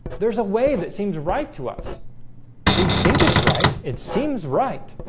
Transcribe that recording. there's a way that seems right to us we think it's right it seems right,